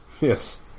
Yes